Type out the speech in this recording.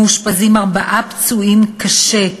מאושפזים ארבעה פצועים קשה,